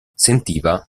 sentiva